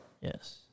Yes